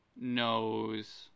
knows